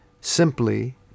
simply